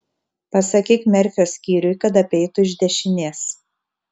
pasakyk merfio skyriui kad apeitų iš dešinės